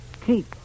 keep